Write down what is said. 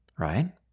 right